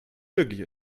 wirklich